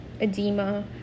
edema